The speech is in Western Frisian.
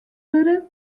wurde